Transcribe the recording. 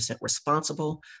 responsible